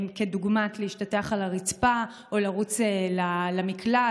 כדוגמת להשתטח על הרצפה או לרוץ למקלט,